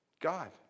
god